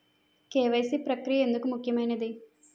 KYC ప్రక్రియ ఎందుకు ముఖ్యమైనది?